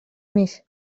més